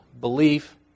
belief